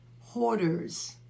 hoarders